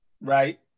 right